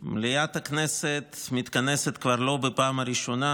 מליאת הכנסת מתכנסת כבר לא בפעם הראשונה